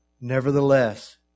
Nevertheless